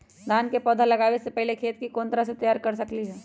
धान के पौधा लगाबे से पहिले खेत के कोन तरह से तैयार कर सकली ह?